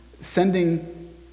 sending